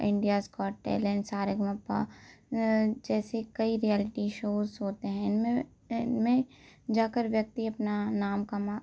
India's got talent Sa Re Ga Ma Pa जैसे कई reality shows होते हैं इनमें इनमें जा कर व्यक्ति अपना नाम कमा